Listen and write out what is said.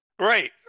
Right